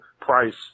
price